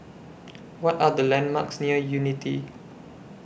What Are The landmarks near Unity